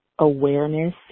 awareness